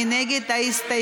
מי נגד ההסתייגות?